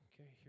okay